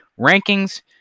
rankings